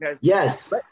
Yes